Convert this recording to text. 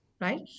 right